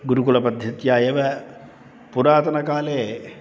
गुरुकुलपद्धत्या एव पुरातनकाले